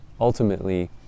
ultimately